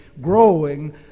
growing